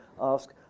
ask